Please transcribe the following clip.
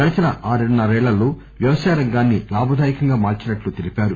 గడచిన ఆరున్న రేళ్ళలో వ్యవసాయ రంగాన్సి లాభదాయకంగా మార్చినట్లు తెలిపారు